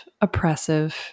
oppressive